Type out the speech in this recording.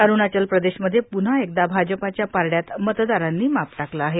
अरुणाचल प्रदेशमध्ये प्न्हा एकदा भाजपाच्या पारड्यात मतदारांनी माप टाकलं आहे